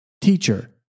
Teacher